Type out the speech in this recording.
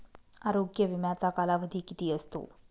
आरोग्य विम्याचा कालावधी किती असतो?